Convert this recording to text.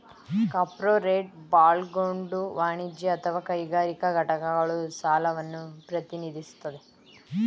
corporate ಬಾಂಡ್ಗಳು ವಾಣಿಜ್ಯ ಅಥವಾ ಕೈಗಾರಿಕಾ ಘಟಕಗಳ ಸಾಲವನ್ನ ಪ್ರತಿನಿಧಿಸುತ್ತೆ